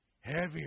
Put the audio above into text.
Heavier